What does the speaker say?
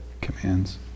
commands